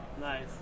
Nice